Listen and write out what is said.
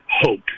hope